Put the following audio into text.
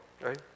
right